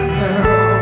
now